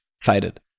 faded